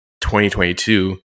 2022